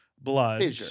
Blood